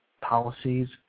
policies